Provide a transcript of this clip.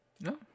No